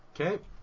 Okay